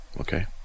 Okay